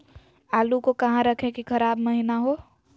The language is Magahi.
आलू को कहां रखे की खराब महिना हो?